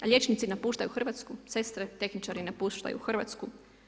A liječnici napuštaju Hrvatsku, sestre, tehničaru napuštaju Hrvatsku.